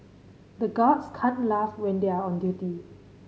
the guards can't laugh when they are on duty